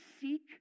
seek